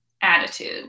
attitude